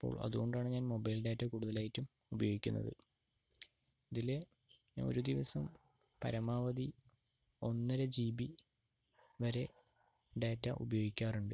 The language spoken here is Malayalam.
അപ്പോൾ അതുകൊണ്ടാണ് ഞാൻ മൊബൈൽ ഡാറ്റ കൂടുതലായിട്ടും ഉപയോഗിക്കുന്നത് ഇതിൽ ഞാനൊരു ദിവസം പരമാവധി ഒന്നര ജി ബി വരെ ഡാറ്റ ഉപയോഗിക്കാറുണ്ട്